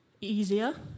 easier